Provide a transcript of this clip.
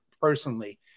personally